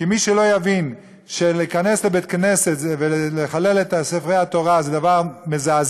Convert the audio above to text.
כי מי שלא יבין שלהיכנס לבית-כנסת ולחלל את ספרי התורה זה דבר מזעזע,